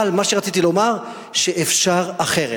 אבל מה שרציתי לומר, שאפשר אחרת.